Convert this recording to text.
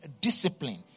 discipline